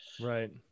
right